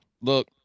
Look